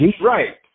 Right